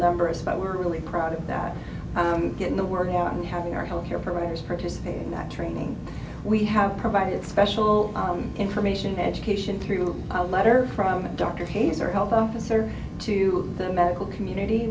numbers but we're really proud of that i'm getting the word out and having our healthcare providers participate in that training we have provided special information education through a letter from a doctor peyser help opus or to the medical community